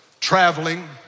traveling